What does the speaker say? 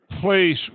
place